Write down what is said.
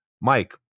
mike